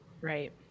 Right